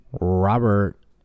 robert